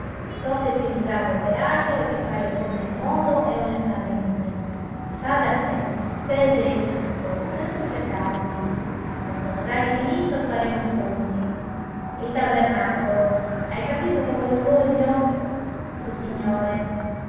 so che sei un bravo operajo e che fai le cose ammodo e onestamente fa da te spese e tutto senza seccarmi quando avrai finito faremo i conti il tabernacolo hai capito come lo voglio sissignore